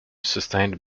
sustained